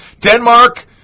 Denmark